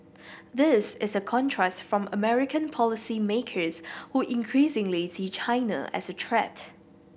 this is a contrast from American policymakers who increasingly see China as a threat